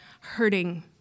hurting